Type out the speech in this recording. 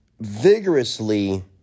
vigorously